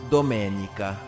Domenica